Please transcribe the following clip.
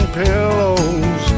pillows